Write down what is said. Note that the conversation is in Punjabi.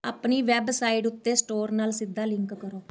ਆਪਣੀ ਵੈੱਬਸਾਈਟ ਉੱਤੇ ਸਟੋਰ ਨਾਲ ਸਿੱਧਾ ਲਿੰਕ ਕਰੋ